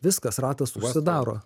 viskas ratas užsidaro